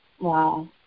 Wow